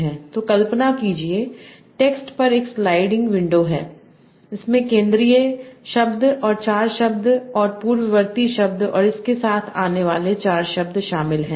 तो कल्पना कीजिए टेक्स्ट पर एक स्लाइडिंग विंडो है जिसमें केंद्रीय शब्द और 4 शब्द और पूर्ववर्ती शब्द और इसके साथ आने वाले 4 शब्द शामिल हैं